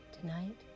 Tonight